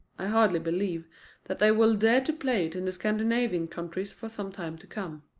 i hardly believe that they will dare to play it in the scandinavian countries for some time to come.